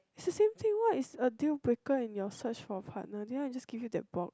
is the same thing what is a deal breaker and your search for partner this one is just give you that bored